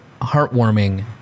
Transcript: heartwarming